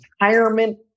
Retirement